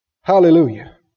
Hallelujah